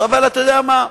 אבל אתה יודע מה?